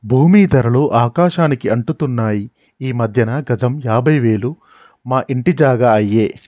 భూమీ ధరలు ఆకాశానికి అంటుతున్నాయి ఈ మధ్యన గజం యాభై వేలు మా ఇంటి జాగా అయ్యే